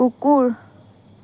কুকুৰ